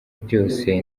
byose